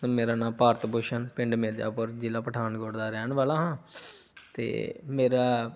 sir ਮੇਰਾ ਨਾਮ ਭਾਰਤ ਭੂਸ਼ਣ ਪਿੰਡ ਮਿਰਜਾਪੁਰ ਜ਼ਿਲ੍ਹਾ ਪਠਾਨਕੋਟ ਦਾ ਰਹਿਣ ਵਾਲਾ ਹਾਂ ਅਤੇ ਮੇਰਾ